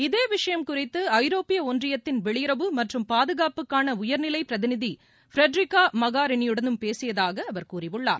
இதே விஷயம் குறித்து ஐரோப்பிய ஒன்றியத்தின் வெளியுறவு மற்றும் பாதுகாப்புக்கான உயர்நிலை பிரதிநிதி ஃபெடரிக்கா மாகரினியுடனும் பேசியதாக அவர் கூறியுள்ளார்